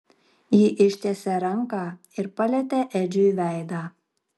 ji ištiesė ranką ir palietė edžiui veidą